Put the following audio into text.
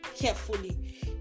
carefully